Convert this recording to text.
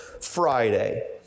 Friday